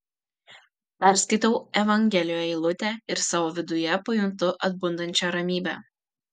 perskaitau evangelijoje eilutę ir savo viduje pajuntu atbundančią ramybę